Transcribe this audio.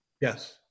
Yes